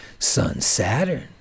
Sun-Saturn